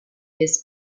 his